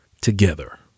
together